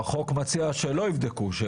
החוק מציע שלא יבדקו.